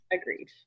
Agreed